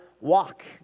walk